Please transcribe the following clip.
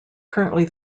currently